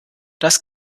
das